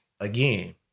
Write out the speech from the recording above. again